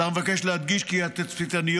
השר מבקש להדגיש כי התצפיתניות,